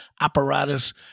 apparatus